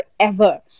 forever